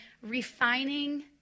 refining